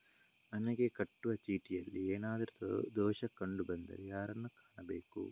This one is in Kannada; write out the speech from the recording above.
ಮನೆಗೆ ಕಟ್ಟುವ ಚೀಟಿಯಲ್ಲಿ ಏನಾದ್ರು ದೋಷ ಕಂಡು ಬಂದರೆ ಯಾರನ್ನು ಕಾಣಬೇಕು?